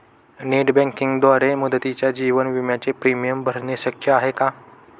Net बँकिंगद्वारे मुदतीच्या जीवन विम्याचे प्रीमियम भरणे शक्य आहे का?